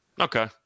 Okay